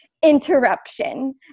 interruption